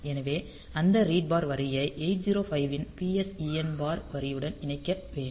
எனவே அந்த read bar வரியை 8051 இன் PSEN பார் வரியுடன் இணைக்க வேண்டும்